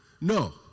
No